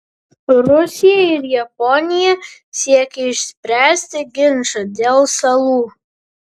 rusija ir japonija siekia išspręsti ginčą dėl salų